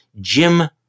Jim